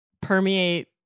permeate